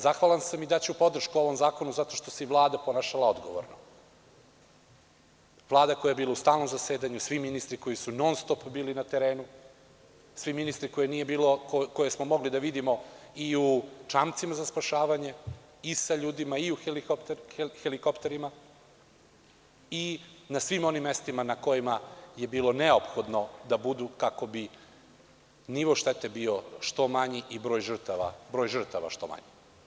Zahvalan sam i daću podršku ovom zakonu zato što se i Vlada ponašala odgovorno, Vlada koja je bila u stalnom zasedanju, svi ministri koji su non-stop bili na terenu, svi ministri koje smo mogli da vidimo i u čamcima za spašavanje i sa ljudima i u helikopterima i na svim onim mestima na kojima je bilo neophodno da budu kako bi nivo štete bio što manji i broj žrtava što manji.